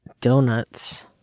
donuts